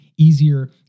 easier